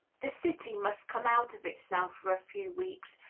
the city must come out of itself for a few weeks,